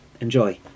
Enjoy